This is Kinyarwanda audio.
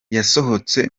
yasohotse